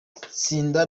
tsinda